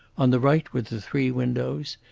on the right were the three windows,